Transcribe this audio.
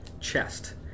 chest